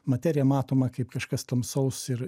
materija matoma kaip kažkas tamsaus ir